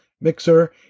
mixer